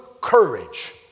courage